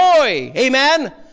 amen